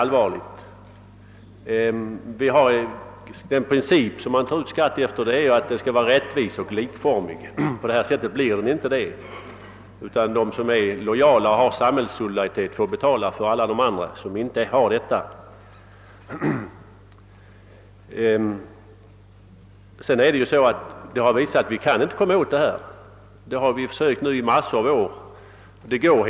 Detta är verkligen en allvarlig sak. Vi tar ut skatt efter principen att den skall vara rättvis och likformig. Nu blir skatten inte det, utan de som är lojala och visar samhällssolidaritet får betala för de andra. Det har varit omöjligt att komma åt dessa förhållanden — vi har försökt göra det i många år.